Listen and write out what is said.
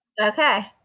okay